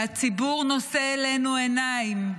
והציבור נושא אלינו עיניים,